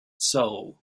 soul